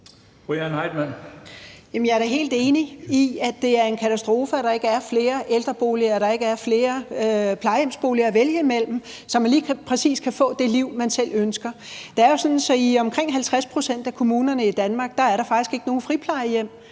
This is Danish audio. jeg er da helt enig i, at det er en katastrofe, at der ikke er flere ældreboliger og der ikke er flere plejehjemsboliger at vælge mellem, så man kan få lige præcis det liv, man selv ønsker. Det er jo sådan, at i omkring 50 pct. af kommunerne i Danmark er der faktisk ikke nogen friplejehjem.